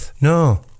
no